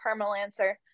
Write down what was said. permalancer